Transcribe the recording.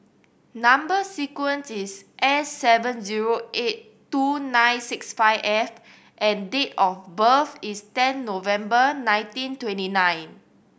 number sequence is S seven zero eight two nine six five F and date of birth is ten November nineteen twenty nine